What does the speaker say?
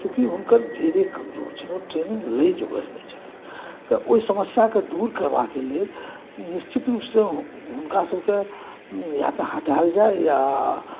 चूँकि हुनकर जड़िए कमजोर छनि ट्रेनिंग लै जोगर नहि छथिन तऽ ओहि समस्याके दूर करबाके लेल निश्चित रूपसँ हुनकासभके या तऽ हटाएल जाए या